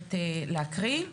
מחויבת להקריא.